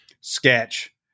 sketch